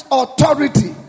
authority